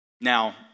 Now